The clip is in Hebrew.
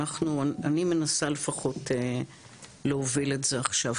אני מנסה לפחות להוביל את זה עכשיו,